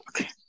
Okay